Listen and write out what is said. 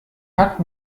hat